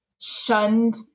shunned